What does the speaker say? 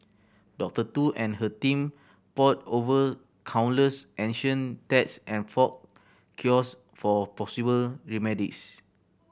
Doctor Tu and her team pored over countless ancient texts and folk cures for possible remedies